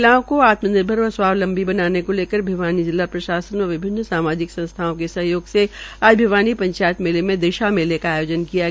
महिलाओं को आत्मनिभर व स्वावलंबी बनाने को लेकर भिवानी जिला प्रशासन व विभिन्न सामाजिक संस्थाओं के सहयोग से आज भिवानी पंचायत मेले में दिशा मेले का आयोजन किया गया